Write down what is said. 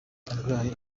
arwaye